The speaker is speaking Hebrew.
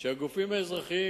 שהגופים האזרחיים,